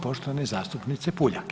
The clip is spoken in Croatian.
poštovane zastupnice Puljak.